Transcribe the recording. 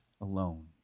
alone